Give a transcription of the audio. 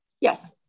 Yes